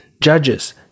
judges